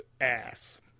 ass